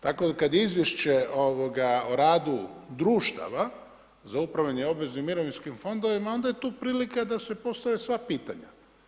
Tako kada je izvješće o radu društava za upravljanje obveznim mirovinskim fondovima onda je tu prilika da se postave sva pitanja.